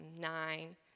nine